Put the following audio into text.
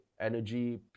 energy